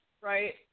right